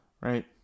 right